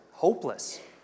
hopeless